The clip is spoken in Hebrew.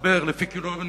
הסתבר, לפי, ,